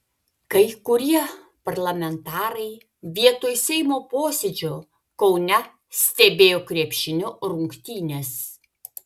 kai kurie parlamentarai vietoj seimo posėdžio kaune stebėjo krepšinio rungtynes